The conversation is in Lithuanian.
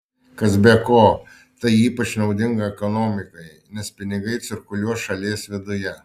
kas be ko tai ypač naudinga ekonomikai nes pinigai cirkuliuos šalies viduje